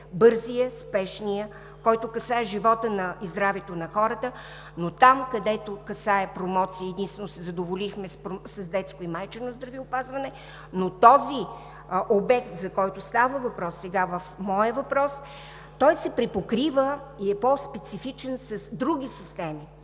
бързият, спешният, който касае живота и здравето на хората, но там, където касае промоции, единствено се задоволихме с детско и майчино здравеопазване, но този обект, за който става дума сега в моя въпрос, се припокрива и е по-специфичен с други системи.